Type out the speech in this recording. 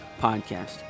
podcast